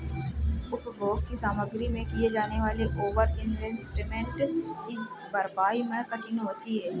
उपभोग की सामग्री में किए जाने वाले ओवर इन्वेस्टमेंट की भरपाई मैं कठिनाई होती है